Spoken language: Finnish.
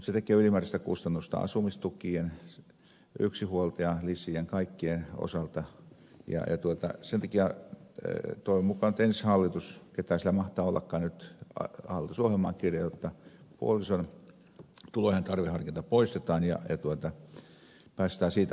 mutta se tekee ylimääräisiä kustannuksia asumistukien yksinhuoltajalisien ja kaikkien osalta ja sen takia toivon mukaan nyt ensi hallituksen ketä siellä mahtaa ollakaan hallitusohjelmaan kirjoitetaan jotta puolison tulojen tarveharkinta poistetaan ja päästään siitä ongelmasta irti